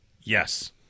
yes